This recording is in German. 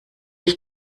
ich